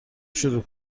شروع